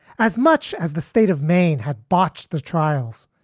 as much as the state of maine had botched the trials,